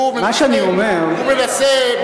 הוא מנסה,